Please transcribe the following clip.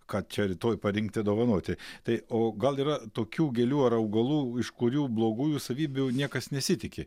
ką čia rytoj parinkti dovanoti tai o gal yra tokių gėlių ar augalų iš kurių blogųjų savybių niekas nesitiki